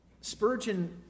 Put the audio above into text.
Spurgeon